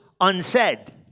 unsaid